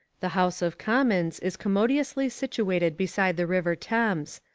the house of commons is commodiously situated beside the river thames.